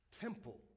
temple